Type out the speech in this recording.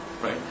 right